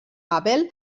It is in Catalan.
hubble